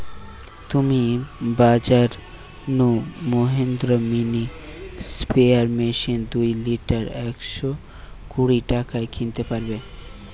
তুমি বাজর নু মহিন্দ্রা মিনি স্প্রেয়ার মেশিন দুই লিটার একশ কুড়ি টাকায় কিনতে পারবে